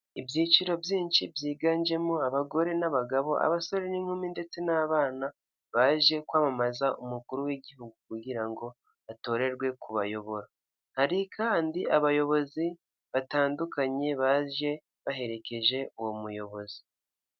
Mu karere ka Muhanga habereyemo irushanwa ry'amagare riba buri mwaka rikabera mu gihugu cy'u Rwanda, babahagaritse ku mpande kugira ngo hataba impanuka ndetse n'abari mu irushanwa babashe gusiganwa nta nkomyi.